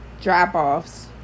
drop-offs